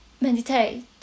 meditate